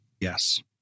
Yes